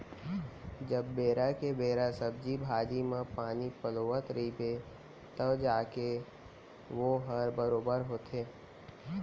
जब बेरा के बेरा सब्जी भाजी म पानी पलोवत रइबे तव जाके वोहर बरोबर होथे